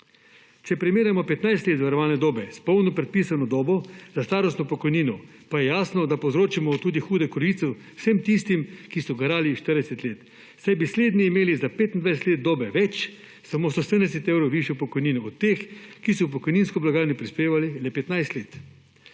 Če primerjamo 15 let zavarovalne dobe s polno predpisano dobo za starostno pokojnino, pa je jasno, da povzročimo tudi hudo krivico vsem tistim, ki so garali 40 let, saj bi slednji imeli za 25 let dobe več samo 170 evrov višjo pokojnino od teh, ki so v pokojninsko blagajno prispevali le 15 let.